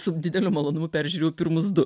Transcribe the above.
su dideliu malonumu peržiūrėjau pirmus du